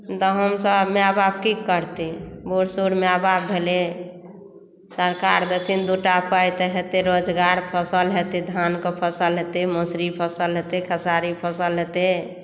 तऽ हमसभ माँ बाप की करतै बुढ़ सुढ़ माय बाप भेलै सरकार देथिन दुटा पाई तऽ हेतै तऽ रोजगार फसल हेतै धान कऽ तऽ मसुरी फसल हेतै खेसारी फसल हेतै